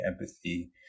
empathy